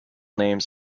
names